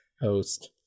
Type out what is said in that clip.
host